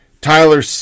Tyler